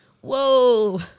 Whoa